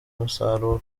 umusaruro